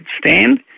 stand